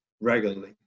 regularly